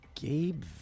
Gabe